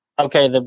okay